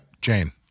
Jane